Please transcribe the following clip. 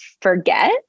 forget